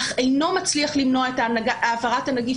אך אינו מצליח למנוע את העברת הנגיף